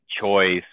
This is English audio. choice